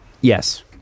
Yes